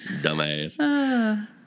Dumbass